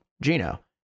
Gino